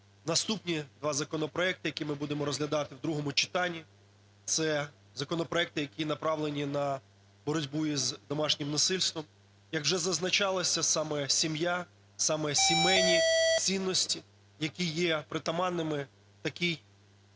наступні два законопроекти, які ми будемо розглядати в другому читанні. Це законопроекти, які направлені на боротьбу з домашнім насильством. Як вже зазначалося, саме сім'я, саме сімейні цінності, які є притаманними в такій